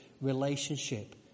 relationship